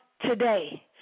today